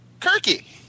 Kirky